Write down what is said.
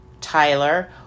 Tyler